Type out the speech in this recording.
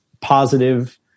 positive